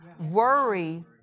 Worry